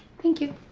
thank you.